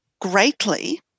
greatly